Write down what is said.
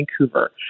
Vancouver